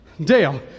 Dale